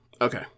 Okay